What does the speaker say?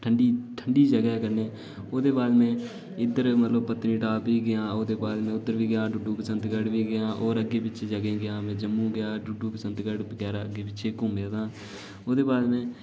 ठंडी ठंडी जगह ऐ कन्नै ओह्दे बाद में इद्धर मतलब पत्नीटॉप बी गेआ ते में ओह्दे बाद में डुड्डू बसंतगढ़ बी गेआ होर अग्गें पिच्छें जगहें गी गेआ में जम्मू गेआ डुड्डू बसंतगढ़ बगैरा अग्गें पिच्छें घुम्में दा ओह्दे बाद में ठंडी ठंडी जगह कन्नै